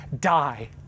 die